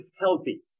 healthy